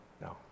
no